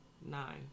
nine